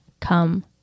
come